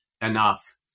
enough